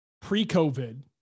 pre-COVID